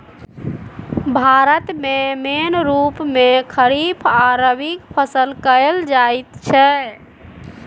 भारत मे मेन रुप मे खरीफ आ रबीक फसल कएल जाइत छै